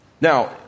Now